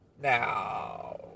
Now